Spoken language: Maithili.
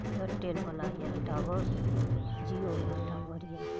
एयरटेलवला यऽ टावर जिओवला टावर यऽ